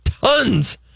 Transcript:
Tons